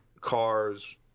cars